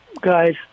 guy's